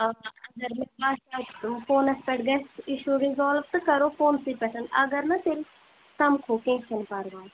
آ اگر فونس پٮ۪ٹھ گژھِ اِشوٗ رِزالُو تہٕ کرو فونسٕے پٮ۪ٹھ اگر نہٕ تیٚلہِ سمکھو کینٛہہ چھِنہٕ پرواے